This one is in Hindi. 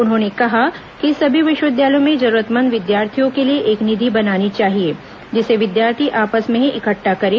उन्होंने कहा कि सभी विश्वविद्यालयों में जरूरतमंद विद्यार्थियों के लिए एक निधि बनानी चाहिए जिसे विद्यार्थी आपस में ही इकट्ठा करें